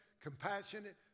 compassionate